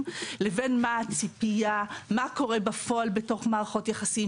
לבין מה שקורה בפועל בתוך מערכות יחסים,